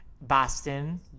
Boston